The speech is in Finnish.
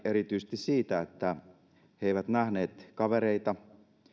erityisesti siitä että he eivät nähneet kavereita